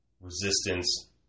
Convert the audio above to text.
resistance